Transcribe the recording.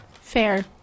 Fair